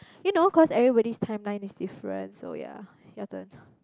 you know cause everybody's timeline is different so ya your turn